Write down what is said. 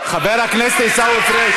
חבר הכנסת עיסאווי פריג',